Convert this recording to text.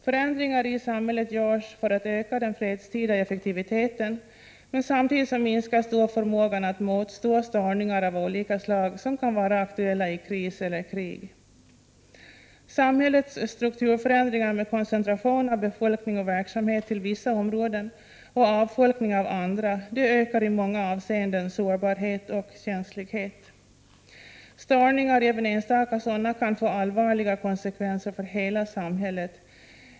Förändringar i samhället görs för att öka den fredstida effektiviteten, men samtidigt minskar de förmågan att motstå störningar av olika slag som kan vara aktuella i kris eller krig. Samhällets strukturförändringar, med koncentration av befolkning och verksamhet till vissa områden och avfolkning av andra, ökar i många avseenden sårbarhet och känslighet. Störningar, även enstaka sådana, kan få allvarliga konsekvenser för hela samhället.